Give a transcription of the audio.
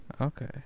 Okay